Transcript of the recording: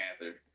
panther